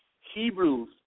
Hebrews